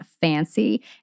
fancy